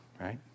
right